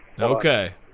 Okay